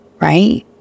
right